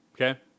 Okay